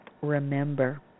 Remember